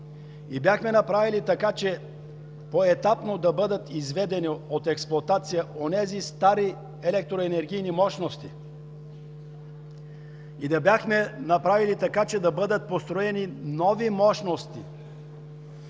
и бяхме направили така, че поетапно да бъдат изведени от експлоатация онези стари електроенергийни мощности и бяхме направили така, че да бъдат построени нови